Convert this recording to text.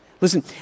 Listen